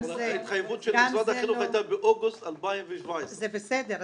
ההתחייבות של משרד החינוך הייתה באוגוסט 2017. זה בסדר,